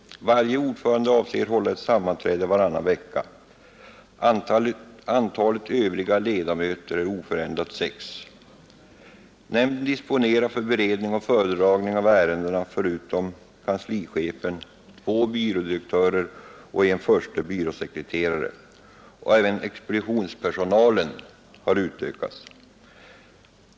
Varje ordförande avser att hålla ett sammanträde varannan vecka. Antalet övriga ledamöter är oförändrat sex. Nämnden disponerar för beredning och föredragning av ärendena förutom kanslichefen två byrådirektörer och en förste byråsekreterare. Även expeditionspersonalen har utökats.